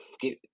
get